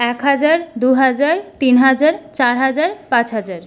এক হাজার দুহাজার তিন হাজার চার হাজার পাঁচ হাজার